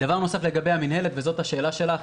לגבי המנהלת והשאלה שלך,